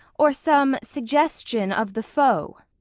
or some suggestion of the foe?